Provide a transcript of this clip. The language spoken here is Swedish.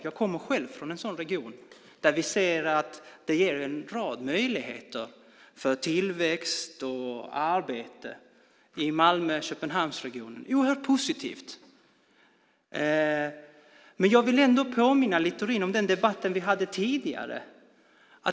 Jag kommer själv från en sådan region, Malmö-Köpenhamnsregionen, där vi ser att det ger en rad möjligheter för tillväxt och arbete. Det är oerhört positivt, men jag vill ändå påminna Littorin om den debatt vi hade tidigare.